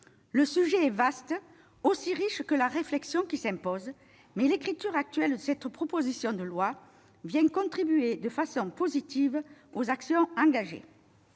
Le sujet est vaste, aussi riche que la réflexion qui s'impose, mais la rédaction de cette proposition de loi vient contribuer de façon positive aux actions engagées.